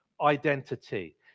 identity